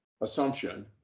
assumption